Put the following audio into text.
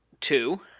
two